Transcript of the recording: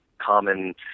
common